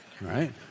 right